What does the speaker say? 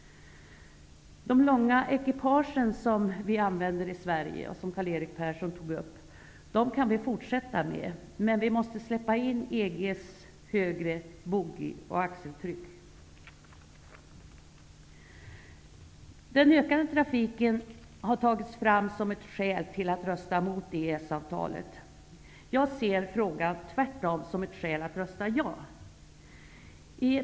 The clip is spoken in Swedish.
De långa ekipagen som vi använder i Sverige, en fråga som Karl-Erik Persson tog upp, kan vi fortsätta med. Men vi måste tillåta EG:s högre boggie och axeltryck. Den ökande trafiken har tagits fram som ett skäl för att rösta emot EES-avtalet. Tvärtom ser jag frågan som ett skäl att rösta ja.